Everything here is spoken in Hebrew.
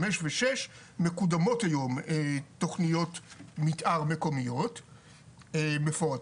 חמש ושש מקודמות היום תוכניות מתאר מקומיות מפורטות,